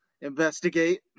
Investigate